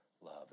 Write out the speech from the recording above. love